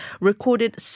recorded